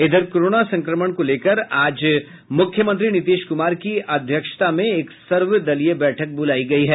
इधर कोरोना संक्रमण को लेकर आज मुख्यमंत्री नीतीश कुमार की अध्यक्षता में एक सर्वदलीय बैठक बुलायी गयी है